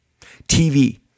TV